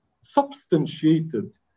substantiated